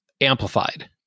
amplified